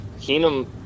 Keenum